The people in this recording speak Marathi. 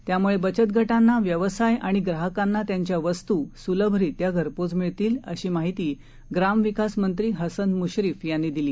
त्यामुळे बचतगटांना व्यवसाय आणि ग्राहकांना त्यांच्या वस्तू सुलभरित्या घरपोच मिळतील अशी माहिती ग्रामविकास मंत्री हसन मुश्रीफ यांनी दिली